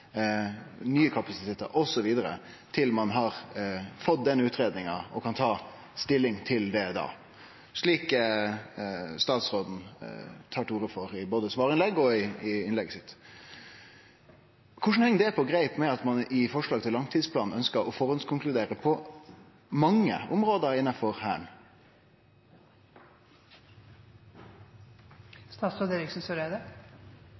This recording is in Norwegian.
nye kapasitetar osv. til ein har fått utgreiinga og kan ta stilling til ho, slik statsråden tar til orde for både i svarinnlegg og i innlegget sitt. Korleis heng det på greip med at ein i forslaget til langtidsplanen førehandskonkluderte på mange område innanfor